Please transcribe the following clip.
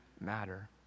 matter